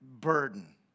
burden